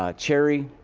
ah cherry,